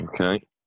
okay